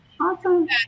Awesome